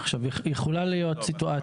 עכשיו יכולה להיות סיטואציה --- לא,